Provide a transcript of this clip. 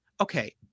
okay